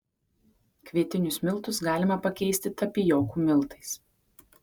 kvietinius miltus galima pakeisti tapijokų miltais